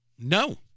No